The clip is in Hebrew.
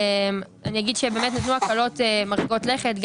אני אומר שבאמת נעשו הקלות מרחיקות לכת.